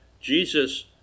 Jesus